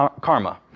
karma